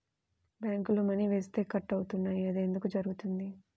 బ్యాంక్లో మని వేస్తే కట్ అవుతున్నాయి అది ఎందుకు జరుగుతోంది?